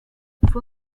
fue